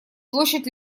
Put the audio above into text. площадь